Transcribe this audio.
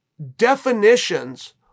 definitions